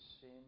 sin